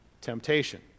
temptation